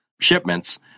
shipments